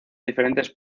diferentes